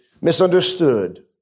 misunderstood